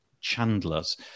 Chandler's